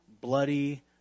bloody